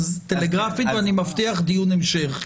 אז טלגרפית, ואני מבטיח דיון המשך.